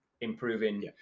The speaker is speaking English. improving